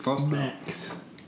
Max